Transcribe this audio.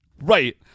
Right